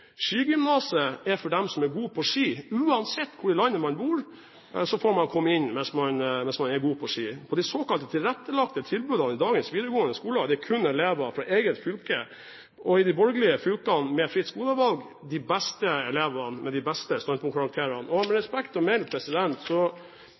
er for dem som er gode på ski. Uansett hvor i landet man bor, får man komme inn hvis man er god på ski. På de såkalte tilrettelagte tilbudene i dagens videregående skole er det kun elever fra eget fylke, og i de borgerlige fylkene med fritt skolevalg er det elevene med de beste standpunktkarakterene. Med